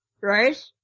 Right